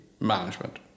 management